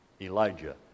Elijah